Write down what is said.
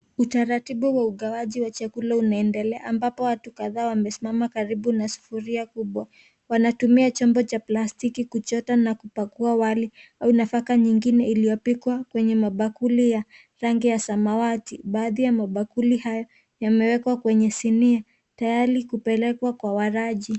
Utaratibu wa ugawaji wa chakula unaendelea ambapo watu kadhaa wamesimama karibu na sufuria kubwa. Wanatumia chombo cha plastiki kuchota na kupakua wali au nafaka nyingine iliyopikwa kwenye bakuli ya rangi ya samawati. Baadhi ya mabakuli hayo yamewekwa kwenye sinia tayari kupelekwa kwa walaji.